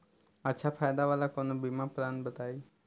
अच्छा फायदा वाला कवनो बीमा पलान बताईं?